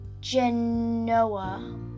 Genoa